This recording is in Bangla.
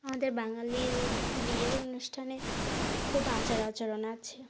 আমাদের বাঙালির বিয়ের অনুষ্ঠানে খুব আচার আচরণ আছে